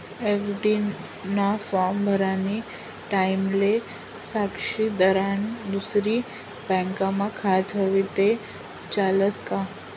FD ना form भरानी टाईमले साक्षीदारनं दुसरी बँकमा खातं व्हयी ते चालस का